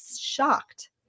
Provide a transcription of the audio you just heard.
shocked